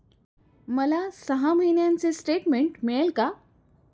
मला सहा महिन्यांचे स्टेटमेंट मिळेल का?